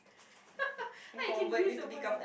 I can use the word ah